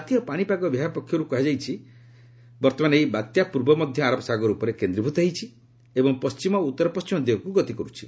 ଭାରତୀୟ ପାଣିପାଗ ବିଭାଗ ପକ୍ଷରୁ କୁହାଯାଇଛି ବର୍ତ୍ତମାନ ଏହି ବାତ୍ୟା ପୂର୍ବ ମଧ୍ୟ ଆରବ ସାଗର ଉପରେ କେନ୍ଦ୍ରୀଭୂତ ହୋଇଛି ଏବଂ ପଣ୍ଢିମ ଓ ଉତ୍ତରପଣ୍ଢିମ ଦିଗକୁ ଗତି କରୁଛି